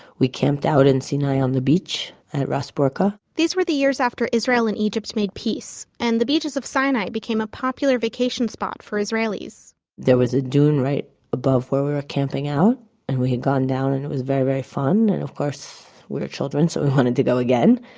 we camped out in sinai on the beach, at ras burqa these were the years after israel and egypt made peace, and the beaches of sinai became a popular vacation spot for israelis there was a dune right above where we were camping out and we had gone down and it was very very fun and of course we were children so we wanted to go again.